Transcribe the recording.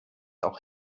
auch